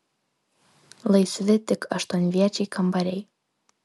laisvi tik aštuonviečiai kambariai